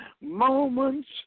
Moments